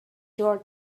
sure